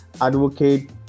advocate